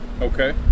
Okay